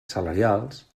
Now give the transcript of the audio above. salarials